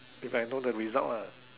if I know the result lah